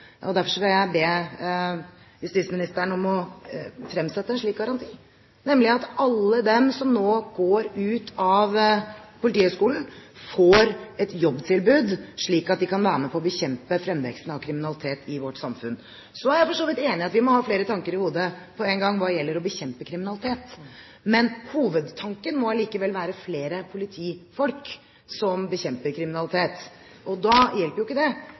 Derfor vil jeg be justisministeren om å fremsette en slik garanti, nemlig at alle de som nå går ut av Politihøgskolen, får et jobbtilbud, slik at de kan være med på å bekjempe fremveksten av kriminalitet i vårt samfunn. Så er jeg for så vidt enig i at vi må ha flere tanker i hodet på en gang hva gjelder å bekjempe kriminalitet. Men hovedtanken må allikevel være flere politifolk som bekjemper kriminalitet. Da hjelper det ikke